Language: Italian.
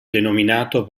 denominato